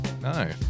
no